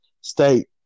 state